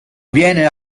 viene